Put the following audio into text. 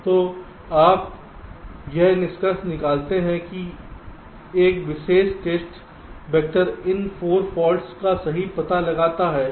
तो आप यह निष्कर्ष निकाल सकते हैं कि यह विशेष टेस्ट वेक्टर इन 4 फॉल्ट्स का सही पता लगाता है